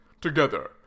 Together